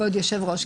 כבוד יושב הראש,